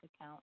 account